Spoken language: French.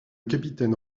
capitaine